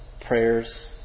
prayers